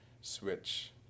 switch